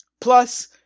Plus